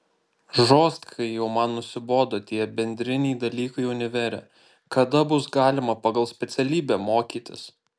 žostkai jau man nusibodo tie bendriniai dalykai univere kada bus galima pagal specialybę mokytis